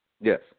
Yes